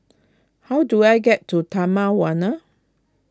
how do I get to Taman Warna